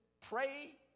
pray